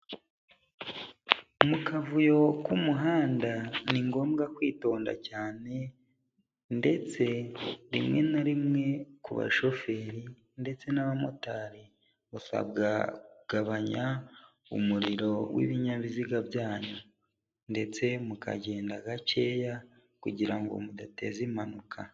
Mu kavuyo k'umuhanda ni ngombwa kwitonda cyane ndetse rimwe na rimwe ku bashoferi ndetse n'abamotari, basabwa kugabanya umuriro w'ibinyabiziga byanyu ndetse mukagenda gakeya kugira ngo mudateza impanuka.